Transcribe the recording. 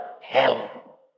Hell